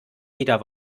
wieder